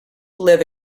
live